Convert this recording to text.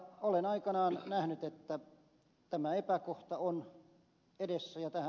olen aikanaan nähnyt että tämä epäkohta on edessä joka